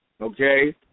Okay